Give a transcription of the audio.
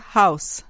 house